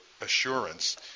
assurance